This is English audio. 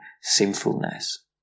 sinfulness